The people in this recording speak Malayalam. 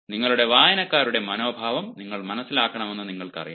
നിങ്ങളുടെ വായനക്കാരുടെ മനോഭാവം നിങ്ങൾ മനസിലാക്കണമെന്ന് നിങ്ങൾക്കറിയാം